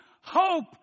hope